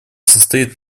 состоит